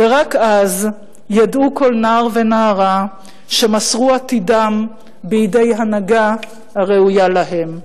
ורק אז ידעו כל נער ונערה שמסרו עתידם בידי הנהגה הראויה להם.